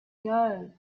know